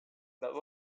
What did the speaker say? but